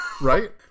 Right